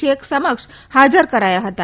શેખ સમક્ષ હાજર કરાયા હતા